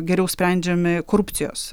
geriau sprendžiami korupcijos